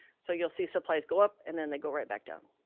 so you'll see supplies go up, and then they go right back down.